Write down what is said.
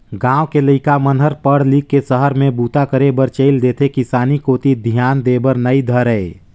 गाँव के लइका मन हर पढ़ लिख के सहर में बूता करे बर चइल देथे किसानी कोती धियान देय बर नइ धरय